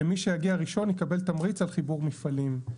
למי שיגיע ראשון, יקבל תמריץ על חיבור מפעלים.